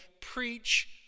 preach